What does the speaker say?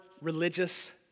religious